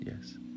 yes